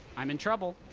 i'm in trouble.